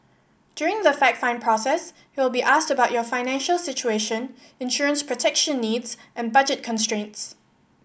during the fact find process you will be asked about your financial situation insurance protection needs and budget constraints